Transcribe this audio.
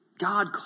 God